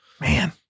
Man